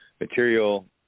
material